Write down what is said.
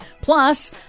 Plus